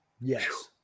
Yes